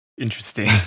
interesting